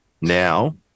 now